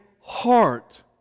heart